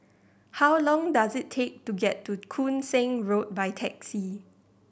how long does it take to get to Koon Seng Road by taxi